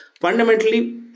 Fundamentally